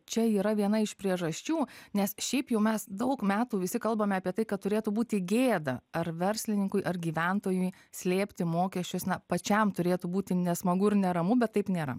čia yra viena iš priežasčių nes šiaip jau mes daug metų visi kalbame apie tai kad turėtų būti gėda ar verslininkui ar gyventojui slėpti mokesčius na pačiam turėtų būti nesmagu ir neramu bet taip nėra